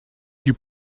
you